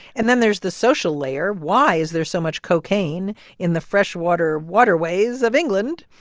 and then there's the social layer. why is there so much cocaine in the freshwater waterways of england?